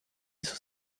isso